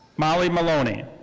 molly maloney.